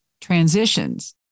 transitions